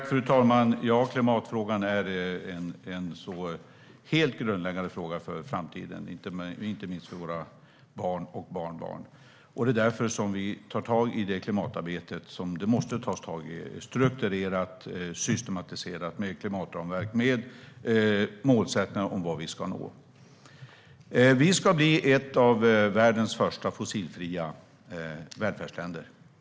Fru talman! Ja, klimatfrågan är en helt grundläggande fråga för framtiden, inte minst för våra barn och barnbarn. Det är därför som vi tar tag i klimatarbetet. Det måste hanteras strukturerat, systematiserat och med målsättningar om vad vi ska nå. Vi ska bli ett av världens första fossilfria välfärdsländer.